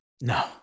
No